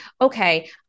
okay